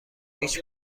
هیچ